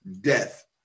death